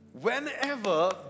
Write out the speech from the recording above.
whenever